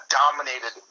dominated